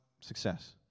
success